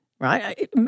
right